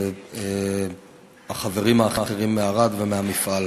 והחברים האחרים מערד ומהמפעל,